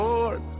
Lord